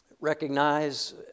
recognize